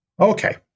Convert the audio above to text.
Okay